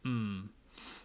mm